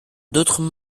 d’autres